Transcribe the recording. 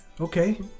Okay